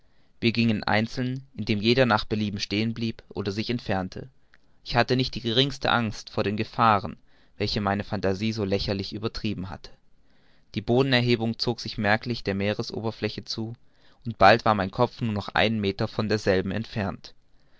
wir gingen einzeln indem jeder nach belieben stehen blieb oder sich entfernte ich hatte nicht die geringste angst vor den gefahren welche meine phantasie so lächerlich übertrieben hatte die bodenerhebung zog sich merklich der meeresoberfläche zu und bald war mein kopf nur noch einen meter von derselben entfernt